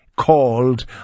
called